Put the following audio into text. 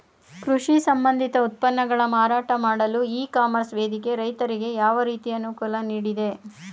ಕೃಷಿ ಸಂಬಂಧಿತ ಉತ್ಪನ್ನಗಳ ಮಾರಾಟ ಮಾಡಲು ಇ ಕಾಮರ್ಸ್ ವೇದಿಕೆ ರೈತರಿಗೆ ಯಾವ ರೀತಿ ಅನುಕೂಲ ನೀಡಿದೆ?